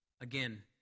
again